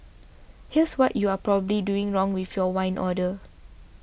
here's what you are probably doing wrong with your wine order